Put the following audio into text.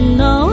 no